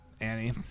Annie